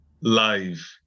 live